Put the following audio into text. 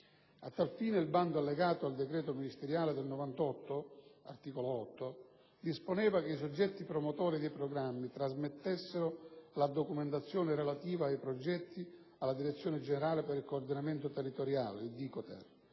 A tal fine, il bando allegato al decreto ministeriale del 1998 (articolo 8) disponeva che i soggetti promotori dei programmi trasmettessero la documentazione relativa ai progetti alla Direzione generale per il coordinamento territoriale (DICOTER)